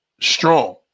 strong